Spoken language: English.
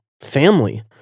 family